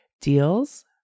deals